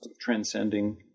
transcending